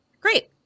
Great